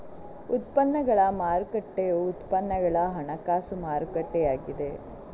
ಉತ್ಪನ್ನಗಳ ಮಾರುಕಟ್ಟೆಯು ಉತ್ಪನ್ನಗಳ ಹಣಕಾಸು ಮಾರುಕಟ್ಟೆಯಾಗಿದೆ